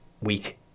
week